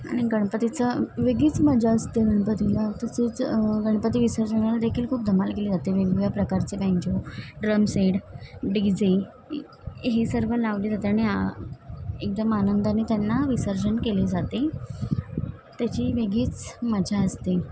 आनि गणपतीचं वेगळीच मजा असते गणपतीला तसेच गणपती विसर्जना देखील खूप धमाल केली जाते वेगवेगळ्या प्रकारचे पँज्यू ड्रमसेड डीजे हे सर्व लावले जाते आणि एकदम आनंदाने त्यांना विसर्जन केले जाते त्याची वेगळीच मजा असते